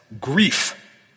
grief